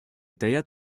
таят